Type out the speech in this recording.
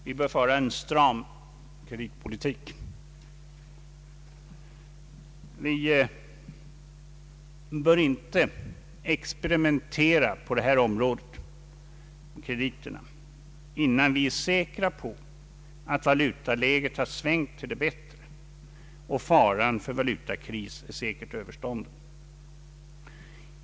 Vi bör föra en stram kreditpolitik, Vi bör inte experimentera med krediterna på detta område innan vi är säkra på att valutaläget har svängt till det bättre och att faran för valutakris är säkert överstånden.